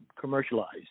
commercialized